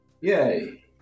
Yay